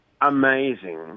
Amazing